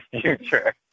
future